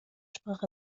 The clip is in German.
sprach